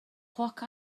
cloc